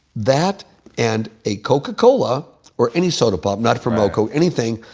that and a coca cola or any soda pop, not from local, anything,